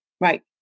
Right